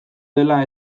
dela